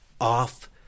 Off